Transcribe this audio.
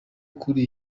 kuri